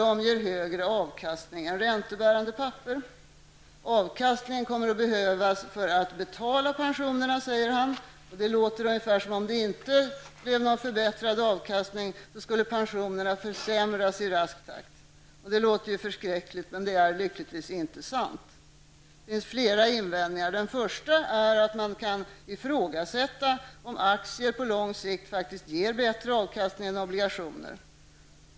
De ger högra avkastning än räntebärande papper. Statsrådet säger att avkastningen kommer att behövas för att betala pensionerna. Det låter som om det inte skulle bli en förbättrad avkastning skulle pensionerna försämras i rask takt. Det låter förskräckligt, men är lyckligtvis inte sant. Det finns flera invändningar. Den första är att man kan ifrågasätta om aktier på lång sikt faktiskt ger bättre avkastning än obligationer.